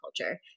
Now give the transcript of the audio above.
culture